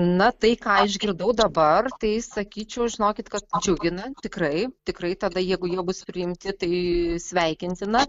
na tai ką išgirdau dabar tai sakyčiau žinokit kad džiugina tikrai tikrai tada jeigu jie bus priimti tai sveikintina